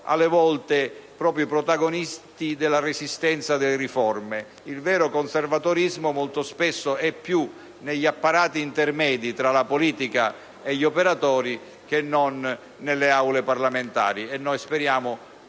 talvolta sono proprio i protagonisti della resistenza alle riforme. Il vero conservatorismo molto spesso è più negli apparati intermedi tra la politica e gli operatori che non nelle Aule parlamentari. Noi speriamo,